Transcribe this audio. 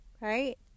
right